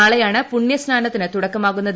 നാളെയാണ് പുണ്യ സ്നാനത്തിന് തുടക്കമാകുന്നത്